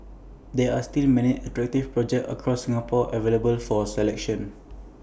there are still many attractive projects across Singapore available for selection